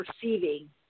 perceiving